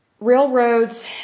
railroads